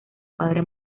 padre